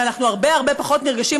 אנחנו הרבה הרבה פחות נרגשים,